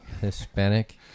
Hispanic